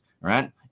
right